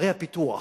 ערי הפיתוח,